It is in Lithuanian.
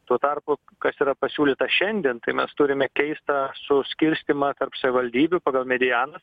tuo tarpu kas yra pasiūlyta šiandien tai mes turime keistą suskirstymą tarp savivaldybių pagal medianą